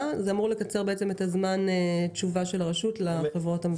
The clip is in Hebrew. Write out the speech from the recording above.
זה אמור לקצר את זמן התשובה של הרשות לחברות המבקשות.